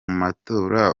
matora